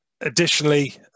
Additionally